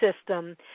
system